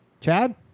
Chad